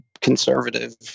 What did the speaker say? conservative